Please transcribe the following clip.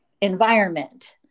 environment